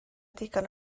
digon